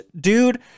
dude